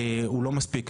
הוא לא מספיק.